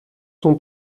son